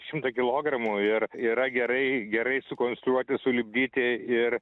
šimtą kilogramų ir yra gerai gerai sukonstruoti sulipdyti ir